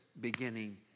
beginning